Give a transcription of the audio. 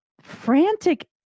frantic